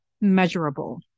measurable